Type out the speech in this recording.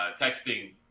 texting